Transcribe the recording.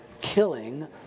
killing